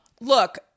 Look